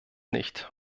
nicht